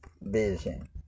Vision